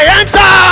enter